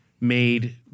made